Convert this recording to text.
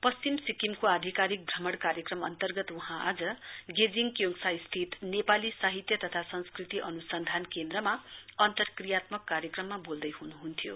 पश्चिम सिक्किमको आधिकारिक भ्रमण क्रायक्रम अन्तर्गत वहौं आज गेजिङ क्योङसा स्थित नेपाली साहित्य तथा संस्कृति अनुसन्धान केन्द्रमा अन्तक्रियात्मक कार्यक्रममा बोल्दैहनुहहुन्थ्यो